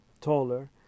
taller